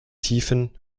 tiefen